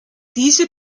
diese